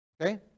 Okay